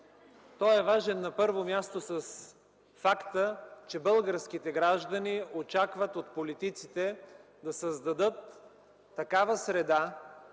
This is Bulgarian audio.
Той е важен, на първо място, с факта, че българските граждани очакват от политиците да създадат такава среда